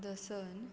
दसण